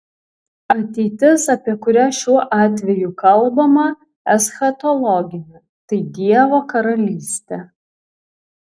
ateitis apie kurią šiuo atveju kalbama eschatologinė tai dievo karalystė